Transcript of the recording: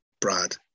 Brad